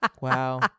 Wow